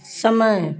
समय